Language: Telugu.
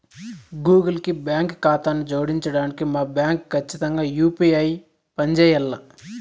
గూగుల్ కి బాంకీ కాతాను జోడించడానికి మా బాంకీ కచ్చితంగా యూ.పీ.ఐ పంజేయాల్ల